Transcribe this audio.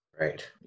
Right